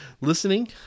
listening